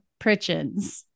Pritchens